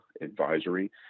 advisory